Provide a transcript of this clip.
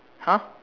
!huh!